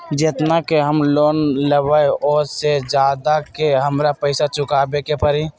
जेतना के हम लोन लेबई ओ से ज्यादा के हमरा पैसा चुकाबे के परी?